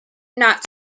not